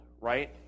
right